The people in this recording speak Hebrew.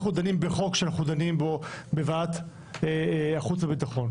אנחנו דנים בחוק שאנחנו דנים בו בוועדת החוץ והביטחון,